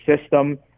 system